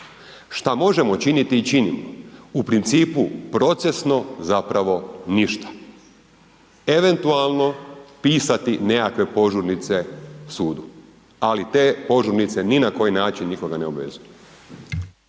Šta možemo činiti i činimo, u principu procesno zapravo ništa, eventualno pisati nekakve požurnice sudu, ali te požurnice ni na koji način nikoga ne obvezuju.